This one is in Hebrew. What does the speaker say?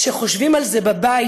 כשחושבים על זה בבית,